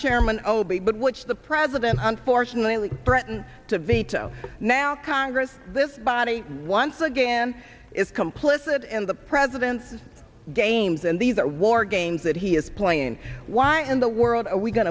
chairman obey but which the president unfortunately threatened to veto now congress this body once again is complicit in the president's games and these are war games that he is playing why in the world are we going